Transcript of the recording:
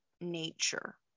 nature